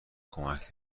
کمک